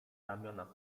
ramionach